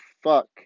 fuck